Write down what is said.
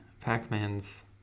Pac-Man's